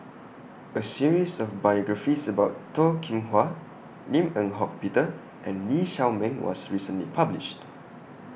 A series of biographies about Toh Kim Hwa Lim Eng Hock Peter and Lee Shao Meng was recently published